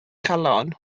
chalon